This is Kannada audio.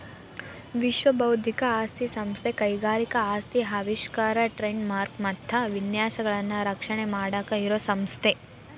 ವಿಶ್ವ ಬೌದ್ಧಿಕ ಆಸ್ತಿ ಸಂಸ್ಥೆ ಕೈಗಾರಿಕಾ ಆಸ್ತಿ ಆವಿಷ್ಕಾರ ಟ್ರೇಡ್ ಮಾರ್ಕ ಮತ್ತ ವಿನ್ಯಾಸಗಳನ್ನ ರಕ್ಷಣೆ ಮಾಡಾಕ ಇರೋ ಸಂಸ್ಥೆ